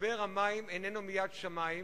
משבר המים איננו מיד שמים,